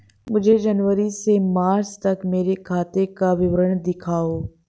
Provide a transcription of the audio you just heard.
मुझे जनवरी से मार्च तक मेरे खाते का विवरण दिखाओ?